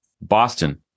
Boston